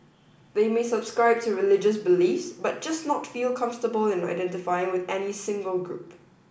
they may subscribe to religious beliefs but just not feel comfortable in identifying with any single group